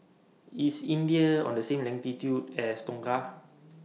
IS India on The same latitude as Tonga